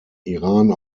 iran